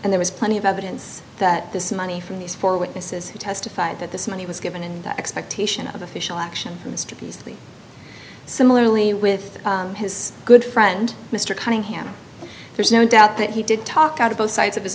and there is plenty of evidence that this money from these four witnesses testified that this money was given in the expectation of official action from mr beazley similarly with his good friend mr cunningham there's no doubt that he did talk out of both sides of his